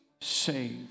saved